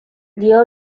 dio